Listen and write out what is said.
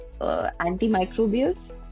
antimicrobials